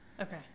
Okay